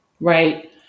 Right